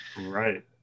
Right